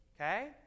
Okay